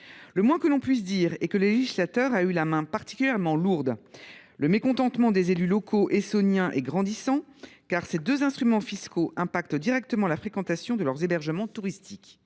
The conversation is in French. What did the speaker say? Le moins que l’on puisse dire, c'est que le législateur a eu la main particulièrement lourde. Le mécontentement des élus locaux essonniens est grandissant, car ces deux instruments fiscaux ont des répercussions directes sur la fréquentation de leurs hébergements touristiques.